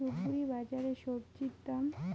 ধূপগুড়ি বাজারের স্বজি দাম?